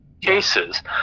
cases